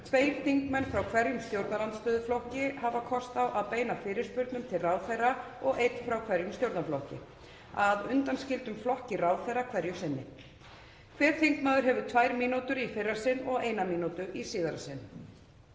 Tveir þingmenn frá hverjum stjórnarandstöðuflokki hafa kost á að beina fyrirspurnum til ráðherra og einn frá hverjum stjórnarflokki, að undanskildum flokki ráðherra hverju sinni. Hver þingmaður hefur tvær mínútur í fyrra sinn og eina mínútu í síðara sinn.